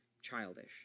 childish